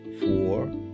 four